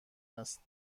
است